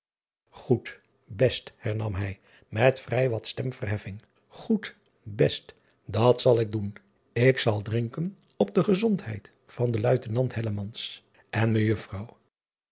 oed best hernam hij met vrij wat stemverheffing goed best dat zal ik doen ik zal drinken op de gezondheid van den uitenant en ejuffrouw